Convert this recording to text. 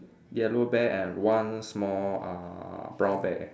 yellow bear and one small uh brown bear